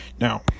Now